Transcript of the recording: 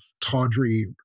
tawdry